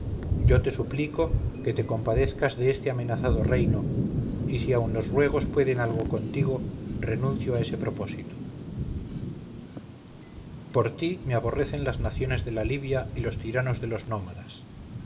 yo te suplico que te compadezcas de este amenazado reino y si aun los ruegos pueden algo contigo renuncio a ese propósito por ti me aborrecen las naciones de la libia y los tiranos de los nómadas